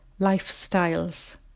lifestyles